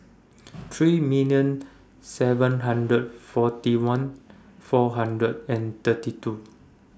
three million seven hundred forty one four hundred and thirty two